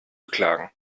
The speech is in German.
beklagen